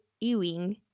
Ewing